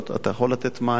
אתה יכול לתת מענה,